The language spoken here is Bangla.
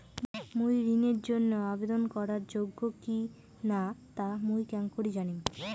মুই ঋণের জন্য আবেদন করার যোগ্য কিনা তা মুই কেঙকরি জানিম?